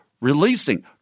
Releasing